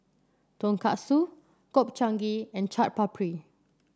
Tonkatsu Gobchang Gui and Chaat Papri